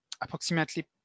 approximately